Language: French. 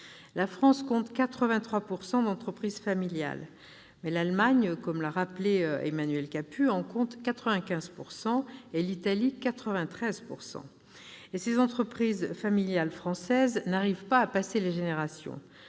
La France compte 83 % d'entreprises familiales, mais l'Allemagne, comme l'a rappelé Emmanuel Capus, en compte 95 % et l'Italie 93 %. Les entreprises familiales françaises n'arrivent pas à passer les générations.